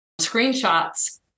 screenshots